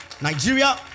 Nigeria